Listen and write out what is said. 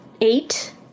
Eight